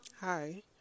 Hi